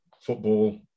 football